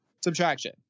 Subtraction